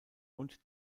und